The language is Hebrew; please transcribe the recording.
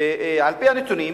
על-פי הנתונים,